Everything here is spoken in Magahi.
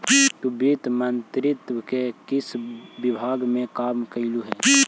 तु वित्त मंत्रित्व के किस विभाग में काम करलु हे?